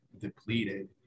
depleted